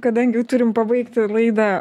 kadangi jau turim pabaigti laidą